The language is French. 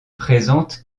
présentent